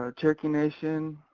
ah cherokee nation,